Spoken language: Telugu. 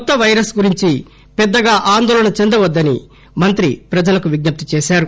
కొత్త పైరస్ గురించి పెద్దగా ఆందోళన చెందవద్దని మంత్రి ప్రజలకు విజ్ఞప్తి చేశారు